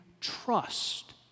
trust